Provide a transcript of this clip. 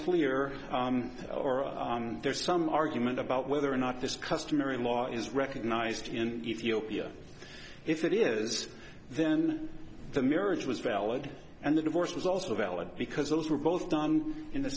clear or there's some argument about whether or not this customary law is recognized in ethiopia if it is then the marriage was valid and the divorce was also valid because those were both done in the